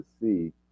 see